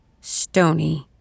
stony